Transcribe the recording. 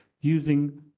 using